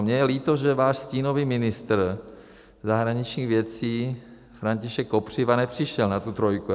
Mně je líto, že váš stínový ministr zahraničních věcí František Kopřiva nepřišel na tu trojku.